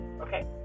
Okay